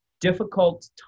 difficult